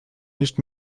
nicht